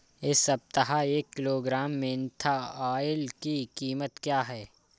इस सप्ताह एक किलोग्राम मेन्था ऑइल की कीमत क्या है?